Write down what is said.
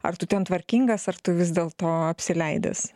ar tu ten tvarkingas ar tu vis dėl to apsileidęs